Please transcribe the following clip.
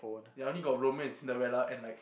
yeah I only got Romeo and Cinderella and like